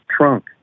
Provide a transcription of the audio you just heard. trunk